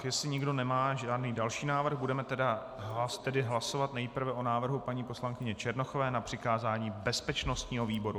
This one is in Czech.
Jestli nikdo nemá žádný další návrh, budeme tedy hlasovat nejprve o návrhu paní poslankyně Černochové na přikázání bezpečnostnímu výboru.